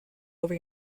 over